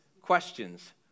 questions